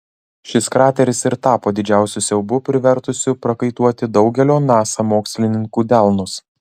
šis krateris ir tapo didžiausiu siaubu privertusiu prakaituoti daugelio nasa mokslininkų delnus